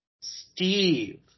Steve